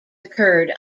occurred